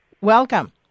Welcome